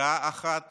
דעה אחת